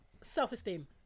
self-esteem